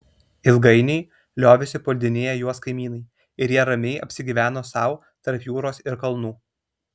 ilgainiui liovėsi puldinėję juos kaimynai ir jie ramiai apsigyveno sau tarp jūros ir kalnų